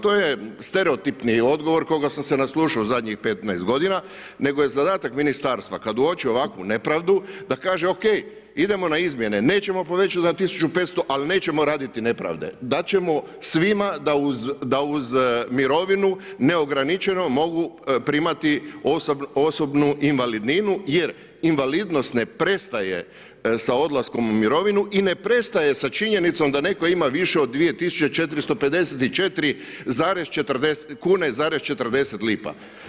To je stereotipni odgovor koga sam se naslušao u zadnjih 15 godina nego je zadatak ministarstva kad uoči ovakvu nepravdu da kaže ok, idemo na izmjene, nećemo povećati na 1 500 ali nećemo raditi nepravde, dat ćemo svima da uz mirovinu neograničenu mogu primati osobnu invalidninu jer invalidnost ne prestaje sa odlaskom u mirovinu i ne prestaje sa činjenicom da netko ima više od 2 454,40 lipa.